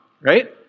right